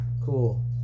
cool